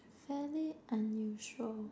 fairly unusual